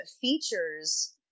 features